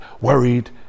worried